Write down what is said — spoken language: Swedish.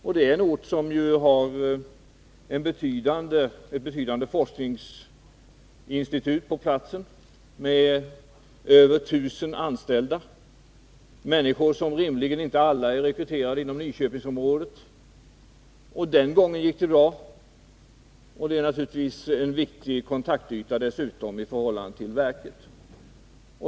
Det är en ort där det finns ett betydande energiforskningsföretag med över 1000 anställda — människor som rimligen inte alla är rekryterade inom Nyköpingsområdet. Den gången gick det bra. Studsvik Energiteknik skulle dessutom naturligtvis vara en viktig kontaktyta i förhållande till verket.